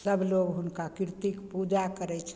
सबलोक हुनका कीर्तिके पूजा करय छनि